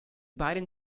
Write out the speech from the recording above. beiden